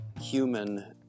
human